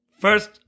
First